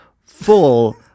full